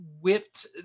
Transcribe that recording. whipped